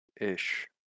Ish